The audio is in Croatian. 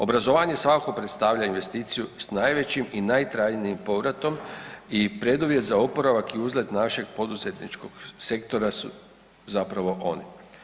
Obrazovanje svakako predstavlja investiciju s najvećim i najtrajnijim povratom i preduvjet za oporavak i uzlet našeg poduzetničkog sektora su zapravo oni.